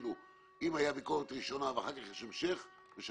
אם הייתה ביקורת ראשונה ואחר כך יש המשך,